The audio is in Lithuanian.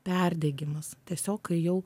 perdegimas tiesiog kai jau